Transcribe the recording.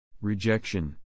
Rejection